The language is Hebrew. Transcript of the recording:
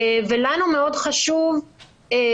מאוד חשוב לנו,